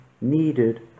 needed